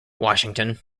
washington